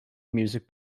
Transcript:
music